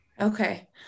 Okay